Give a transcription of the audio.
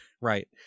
right